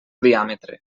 diàmetre